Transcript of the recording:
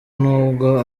nubwo